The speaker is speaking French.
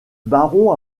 baron